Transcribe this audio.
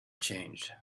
changed